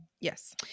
Yes